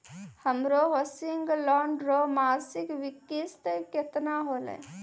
हमरो housing loan रो मासिक किस्त केतना होलै?